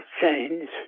change